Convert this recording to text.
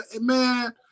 man